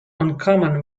uncommon